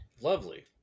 Lovely